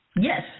Yes